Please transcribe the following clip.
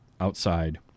outside